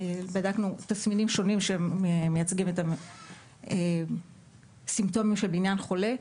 בדקנו תסמינים שונים שמייצגים את הסימפטומים של בניין חולה.